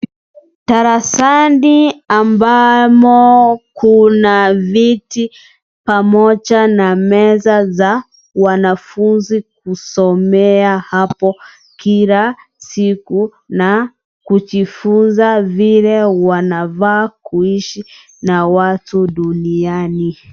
Darasani ambamo kuna viti pamoja na meza za wanafunzi kusomea hapo kila siku na kujifunza vile wanafaa kuishi na watu duniani.